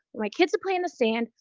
like kids to play in the sand.